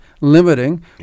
limiting